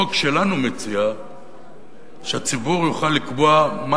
החוק שלנו מציע שהציבור יוכל לקבוע מה